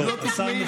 בואו, השר משיב.